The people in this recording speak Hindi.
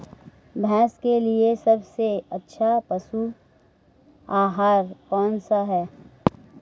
भैंस के लिए सबसे अच्छा पशु आहार कौनसा है?